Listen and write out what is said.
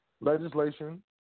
legislation